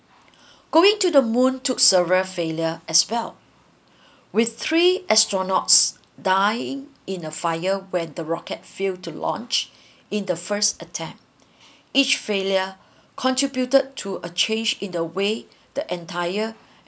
going to the moon took several failure as well with three astronauts dying in a fire when the rocket failed to launch in the first attempt each failure contributed to a change in the way the entire